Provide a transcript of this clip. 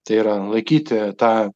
tai yra laikyti tą